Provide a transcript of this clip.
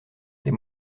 ces